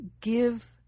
give